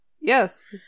yes